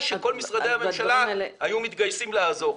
שכל משרדי הממשלה היו מתגייסים לעזור.